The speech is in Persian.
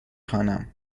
خوانم